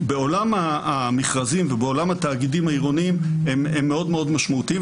בעולם המכרזים ובעולם התאגידים העירוניים הם מאוד מאוד משמעותיים.